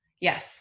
Yes